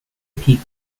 peak